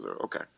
okay